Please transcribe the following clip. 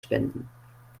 spenden